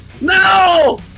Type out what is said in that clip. No